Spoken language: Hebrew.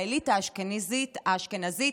האליטה האשכנזית אשמה.